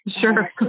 Sure